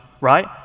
right